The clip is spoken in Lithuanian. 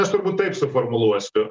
aš turbūt taip suformuluosiu